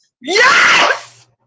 Yes